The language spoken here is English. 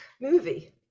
movie